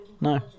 No